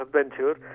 adventure